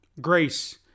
grace